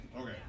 okay